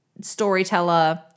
Storyteller